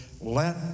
let